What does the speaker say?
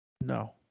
No